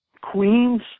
queens